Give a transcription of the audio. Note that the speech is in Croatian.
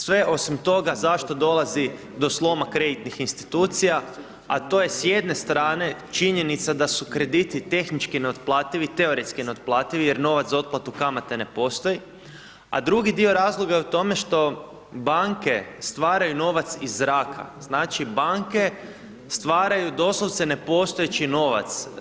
Sve osim toga zašto dolazi do sloma kreditnih institucija a to je s jedne strane činjenica da su krediti tehnički neotplativi, teoretski neotplativi jer novac za otplatu kamate ne postoji a drugi dio razloga je u tome što banke stvaraju novac iz zraka, znači banke stvaraju doslovce nepostojeći novac.